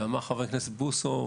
אמר חבר הכנסת בוסו,